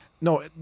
No